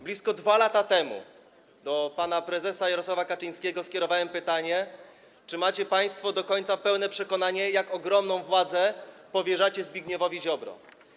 Blisko 2 lata temu do pana prezesa Jarosława Kaczyńskiego skierowałem pytanie, czy macie państwo do końca pełne przekonanie, jak ogromną władzę powierzacie Zbigniewowi Ziobrze.